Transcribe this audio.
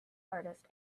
artist